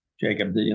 Jacob